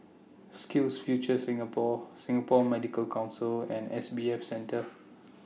SkillsFuture Singapore Singapore Medical Council and S B F Center